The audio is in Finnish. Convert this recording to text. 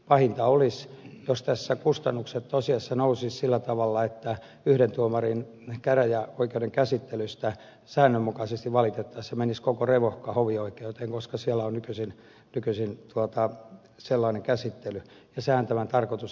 pahinta olisi jos tässä kustannukset tosiasiassa nousisivat sillä tavalla että yhden tuomarin käräjäoikeuden käsittelystä säännönmukaisesti valitettaisiin ja menisi koko revohka hovioikeuteen koska siellä on nykyisin sellainen käsittely ja sehän tämän tarkoitus ei ole ollenkaan